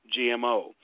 GMO